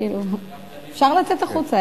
אפשר לצאת החוצה,